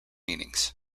meanings